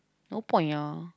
no point ah